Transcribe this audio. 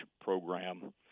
Program